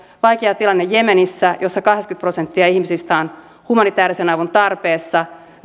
vaikea tilanne jemenissä jossa kahdeksankymmentä prosenttia ihmisistä on humanitäärisen avun tarpeessa